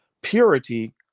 purity